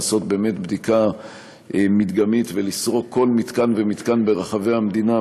לסרוק כל מתקן ומתקן ברחבי המדינה.